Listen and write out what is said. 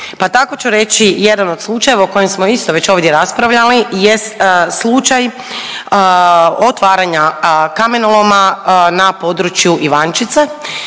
pa tako ću reći jedan od slučajeva o kojem smo isto već ovdje raspravljali jest slučaj otvaranja kamenoloma na području Ivančice